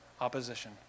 opposition